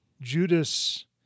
Judas